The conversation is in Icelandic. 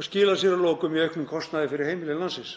og skilar sér að lokum í auknum kostnaði fyrir heimili landsins.